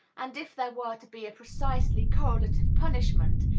and, if there were to be a precisely correlative punishment,